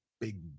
big